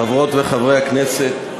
חברות וחברי הכנסת,